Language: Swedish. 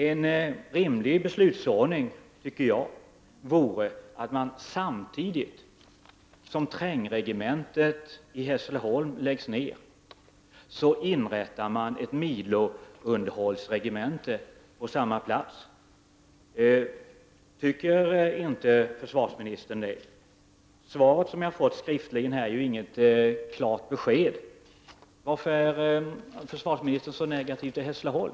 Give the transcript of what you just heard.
En rimlig beslutsordning, tycker jag, vore att man samtidigt som trängregementet i Hässleholm läggs ner inrättar ett milounderhållsregemente på samma plats. Tycker inte försvarsministern det? Det svar som jag fått skriftligen ger inget klart besked. Varför är försvarsministern så negativ till Hässleholm?